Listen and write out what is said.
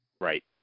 Right